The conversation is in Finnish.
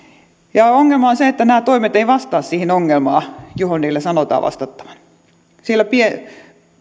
ongelma on se että nämä toimet eivät vastaa siihen ongelmaan johon niillä sanotaan vastattavan sillä